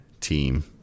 team